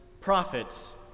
prophets